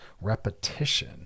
repetition